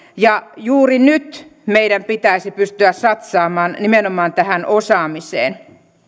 juuri nyt meidän pitäisi pystyä satsaamaan nimenomaan tähän osaamiseen